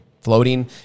floating